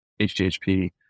HDHP